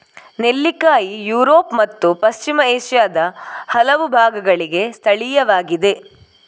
ನೆಲ್ಲಿಕಾಯಿ ಯುರೋಪ್ ಮತ್ತು ಪಶ್ಚಿಮ ಏಷ್ಯಾದ ಹಲವು ಭಾಗಗಳಿಗೆ ಸ್ಥಳೀಯವಾಗಿದೆ